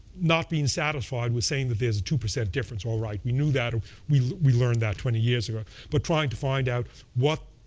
not being satisfied with saying that there's a two percent difference all right, we knew that, and we we learned that twenty years ago but trying to find out where